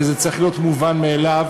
שזה צריך להיות מובן מאליו,